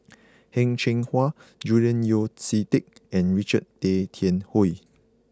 Heng Cheng Hwa Julian Yeo See Teck and Richard Tay Tian Hoe